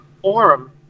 forum